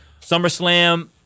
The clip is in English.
SummerSlam